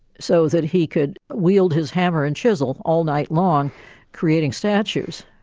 so that he could wield his hammer and chisel all night long creating statues.